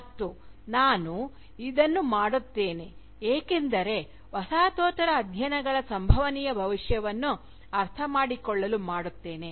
ಮತ್ತು ನಾನು ಇದನ್ನು ಮಾಡುತ್ತೇನೆ ಏಕೆಂದರೆ ವಸಾಹತೋತ್ತರ ಅಧ್ಯಯನಗಳ ಸಂಭವನೀಯ ಭವಿಷ್ಯವನ್ನು ಅರ್ಥಮಾಡಿಕೊಳ್ಳಲು ಮಾಡುತ್ತೇನೆ